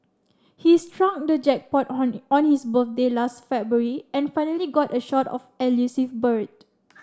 he struck the jackpot on his birthday last February and finally got a shot of elusive bird